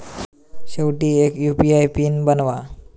शेवटी एक UPI PIN बनवा